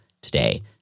today